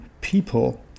People